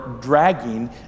dragging